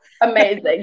amazing